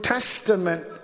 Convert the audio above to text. Testament